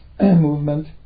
movement